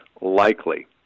likely